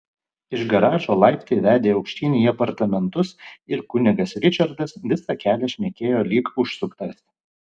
iš garažo laiptai vedė aukštyn į apartamentus ir kunigas ričardas visą kelią šnekėjo lyg užsuktas